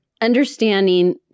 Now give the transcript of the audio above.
understanding